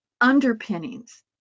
underpinnings